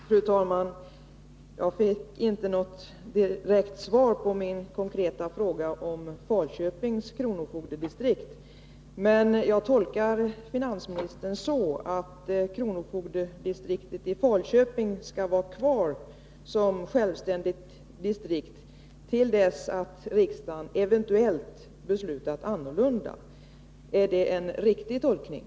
Fru talman! Jag fick inte något direkt svar på min konkreta fråga om Falköpings kronofogdedistrikt. Men jag tolkar finansministern så att kronofogdedistriktet i Falköping skall var kvar som självständigt distrikt till dess riksdagen eventuellt har beslutat annorlunda. — Är det en riktig tolkning?